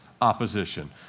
opposition